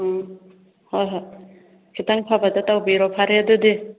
ꯎꯝ ꯍꯣꯏ ꯍꯣꯏ ꯈꯤꯇꯪ ꯐꯕꯗ ꯇꯧꯕꯤꯔꯣ ꯐꯔꯦ ꯑꯗꯨꯗꯤ